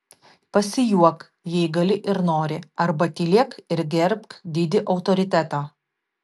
pasijuok jei gali ir nori arba tylėk ir gerbk didį autoritetą